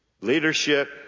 Leadership